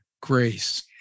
grace